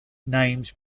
names